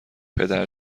پدر